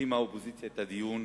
החרימה האופוזיציה את הדיון